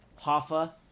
hoffa